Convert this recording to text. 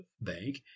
bank